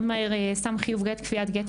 מאוד מהר שם חיוב גט כפיית גט,